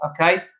okay